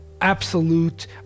absolute